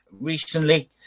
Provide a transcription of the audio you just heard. recently